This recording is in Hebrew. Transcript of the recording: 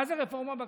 מה זו רפורמה בכשרות?